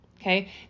okay